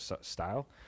style